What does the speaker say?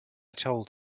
told